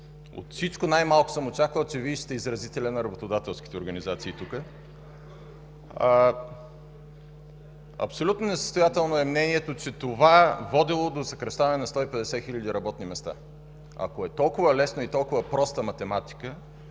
От всичко най-малко съм очаквал, че Вие сте изразителят на работодателските организации тук. Абсолютно несъстоятелно е мнението, че това водело до съкращаване на 150 хиляди работни места. Ако е толкова лесно и толкова проста математика,